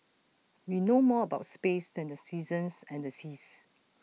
we know more about space than the seasons and the seas